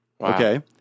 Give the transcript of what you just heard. Okay